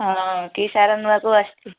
ହଁ କି ସାର ନେବାକୁ ଆସିଥିଲେ